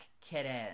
Kitten